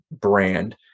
brand